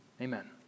Amen